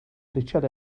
richard